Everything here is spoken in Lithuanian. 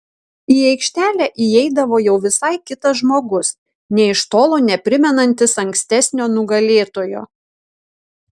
į aikštelę įeidavo jau visai kitas žmogus nė iš tolo neprimenantis ankstesnio nugalėtojo